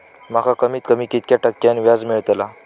माका कमीत कमी कितक्या टक्क्यान व्याज मेलतला?